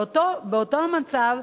ובאותו מצב,